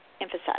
emphasize